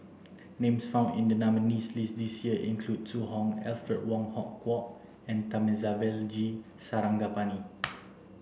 names found in the nominees' list this year include Zhu Hong Alfred Wong Hong Kwok and Thamizhavel G Sarangapani